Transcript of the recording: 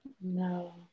No